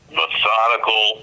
methodical